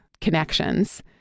connections